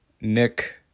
Nick